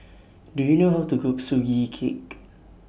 Do YOU know How to Cook Sugee Cake